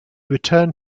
returned